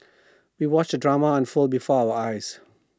we watched the drama unfold before our eyes